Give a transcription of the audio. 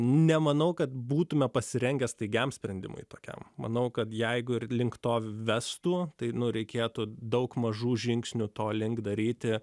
nemanau kad būtumėme pasirengę staigiam sprendimui tokiam manau kad jeigu ir link to vestų tai nuo reikėtų daug mažų žingsnių to link daryti